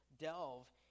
delve